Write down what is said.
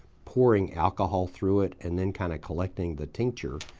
pouring alcohol through it and then kind of collecting the tincture,